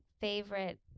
favorite